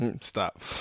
Stop